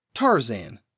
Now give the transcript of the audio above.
Tarzan